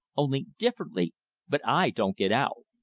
only differently but i don't get out!